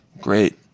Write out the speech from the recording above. Great